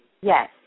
Yes